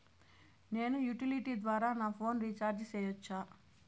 నేను యుటిలిటీ ద్వారా నా ఫోను రీచార్జి సేయొచ్చా?